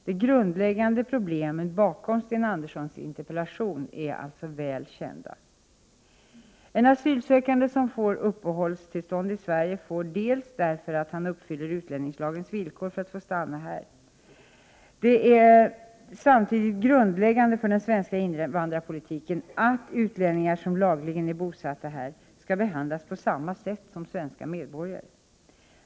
De grundläggande problemen bakom Sten Anderssons interpellation är väl kända. En asylsökande som får uppehållstillstånd i Sverige, får det därför att han uppfyller utlänningslagens villkor för att få stanna här. Det är samtidigt grundläggande för den svenska invandrarpolitiken att utlänningar som lagligen är bosatta här skall behandlas på samma sätt som svenska medborgare.